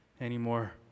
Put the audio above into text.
anymore